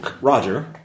Roger